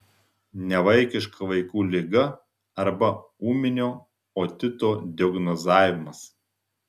nevaikiška vaikų liga arba ūminio otito diagnozavimas